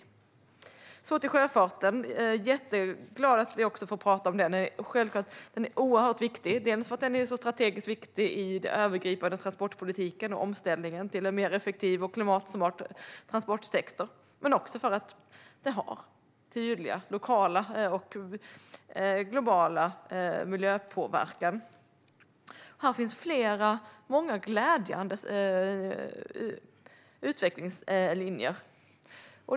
Låt mig gå över till sjöfarten. Jag är jätteglad att vi får tala även om den. Den är självklart oerhört viktig. Det är den dels för att den är så strategiskt viktig i den övergripande transportpolitiken och omställningen till en mer effektiv klimatsektor, dels för att den har tydlig lokal och global miljöpåverkan. Här finns många glädjande utvecklingslinjer.